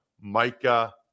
Micah